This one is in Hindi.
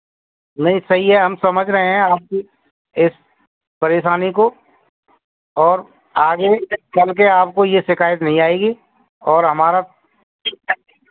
नहीं सही है हम समझ रहे हैं आपकी इस परेशानी को और आगे चल के आपको यह शिकायत नहीं आएगी और हमारा